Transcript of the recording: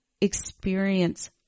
experience